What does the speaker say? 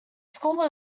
score